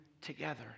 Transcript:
together